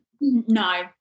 No